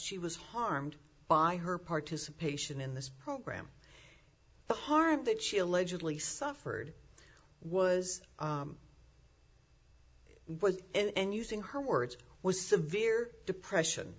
she was harmed by her participation in this program the harm that she allegedly suffered was was and using her words was severe depression